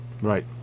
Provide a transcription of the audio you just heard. right